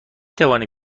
توانیم